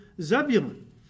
Zebulun